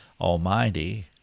Almighty